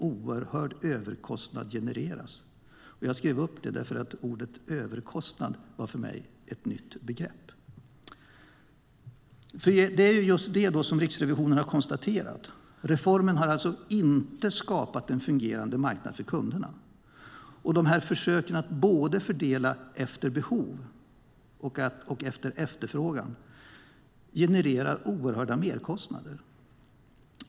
Jag skrev upp detta därför att "överkostnad" var ett nytt begrepp för mig. Det som Riksrevisionen har konstaterat är alltså att reformen inte har skapat en fungerande marknad för kunderna och att försöken att fördela både efter behov och efter efterfrågan genererar oerhörda merkostnader.